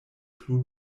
plu